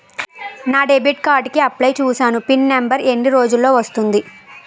నా debit card కి apply చూసాను పిన్ నంబర్ ఎన్ని రోజుల్లో వస్తుంది?